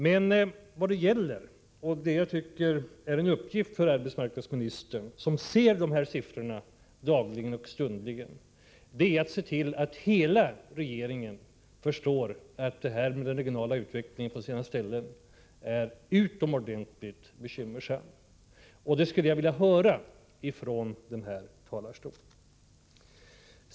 Men vad det nu gäller och det jag tycker är en uppgift för arbetsmarknadsministern, som ser de här siffrorna dagligen och stundligen, är att se till att hela regeringen förstår att den regionala utvecklingen på sina ställen är utomordentligt bekymmersam. Jag skulle vilja höra detta från den här talarstolen.